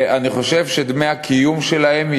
אני חושב שדמי הקיום שלהם,